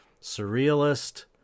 surrealist –